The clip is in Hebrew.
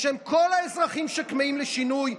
בשם כל האזרחים שכמהים לשינוי,